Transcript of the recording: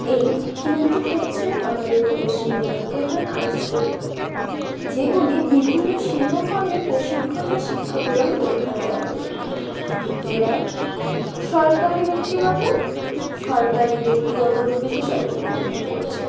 এই তিনটি হচ্ছে আমাদের পশ্চিমবঙ্গের প্রধান আর্টস স্কুল যেগুলি বিভিন্ন শিল্প ফর্মের প্রশিক্ষণ বা শিক্ষা প্রদান করে থাকে আমাদেরকে এরা সরকারি ব্যক্তিগত সরকারি ব্যক্তিগত মধ্যে পড়ছে